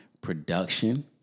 Production